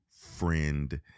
friend